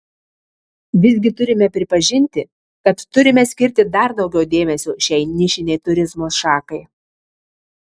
visgi turime pripažinti kad turime skirti dar daugiau dėmesio šiai nišinei turizmo šakai